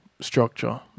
structure